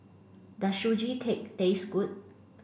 does Sugee Cake taste good